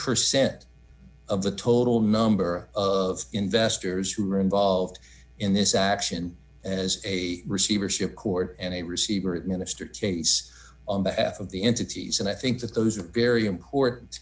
percent of the total number of investors who are involved in this action as a receivership court and a receiver it minister tace on behalf of the entities and i think that those are very important